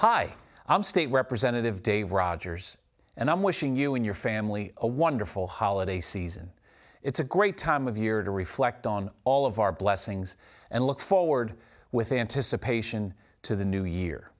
hi i'm state representative dave rogers and i'm wishing you and your family a wonderful holiday season it's a great time of year to reflect on all of our blessings and look forward with anticipation to the new year